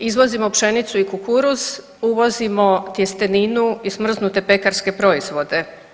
Izvozimo pšenicu i kukuruz, uvozimo tjesteninu i smrznute pekarske proizvode.